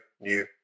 new